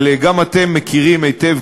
אבל גם אתם מכירים היטב,